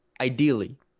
ideally